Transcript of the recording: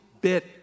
bit